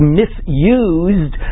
misused